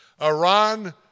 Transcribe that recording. Iran